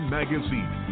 Magazine